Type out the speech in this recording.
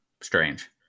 strange